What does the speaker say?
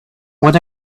what